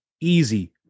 easy